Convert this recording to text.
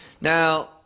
now